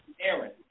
Aaron